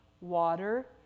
water